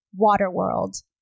Waterworld